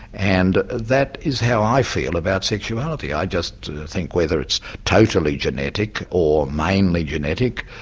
and that is how i feel about sexuality, i just think whether it's totally genetic or mainly genetic,